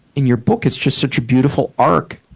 in your book, it's just such a beautiful arc.